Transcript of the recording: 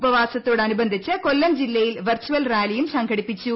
ഉപവാസത്തോടനുബന്ധിച്ച് കൊല്ലം ജില്ലയിൽ വിർചൽ റാലിയും സംഘടിപ്പിച്ചു